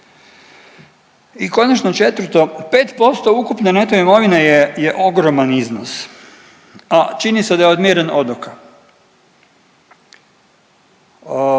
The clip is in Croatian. I konačno četvrto, 5% ukupne neto imovine je, je ogroman iznos, a čini se da je odmjeren odoka.